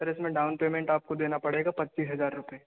sir इसमें down payment आपको देना पड़ेगा पच्चीस हजार रुपए